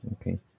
Okay